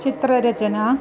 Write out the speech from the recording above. चित्ररचना